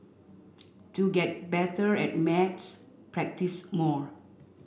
to get better at maths practise more